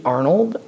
Arnold